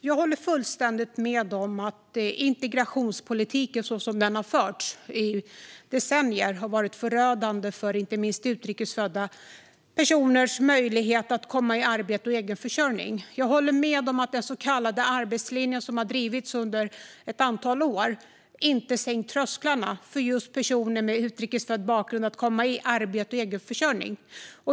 Jag håller fullständigt med om att den integrationspolitik som har förts i decennier har varit förödande för inte minst utrikes födda personers möjligheter att komma i arbete och egen försörjning. Jag håller med om att den så kallade arbetslinjen, som har drivits under ett antal år, inte har sänkt trösklarna för just utrikes födda personer att komma i arbete och egen försörjning.